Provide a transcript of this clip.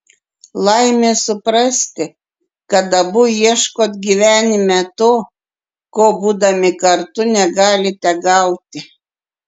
laimė suprasti kad abu ieškot gyvenime to ko būdami kartu negalite gauti